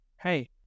hey